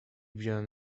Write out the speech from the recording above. wziąłem